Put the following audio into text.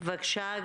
בבקשה,